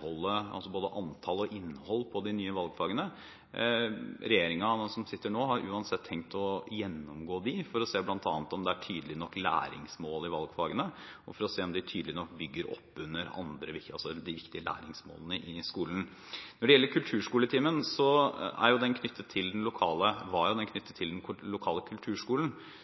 både antall på og innhold i de nye valgfagene. Regjeringen som sitter nå, har uansett tenkt å gjennomgå dem bl.a. for å se om det er tydelige nok læringsmål i valgfagene, og for å se om de tydelig nok bygger opp under de viktige læringsmålene i skolen. Når det gjelder kulturskoletimen, var den knyttet til den lokale